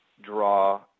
draw